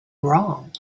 wrong